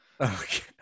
Okay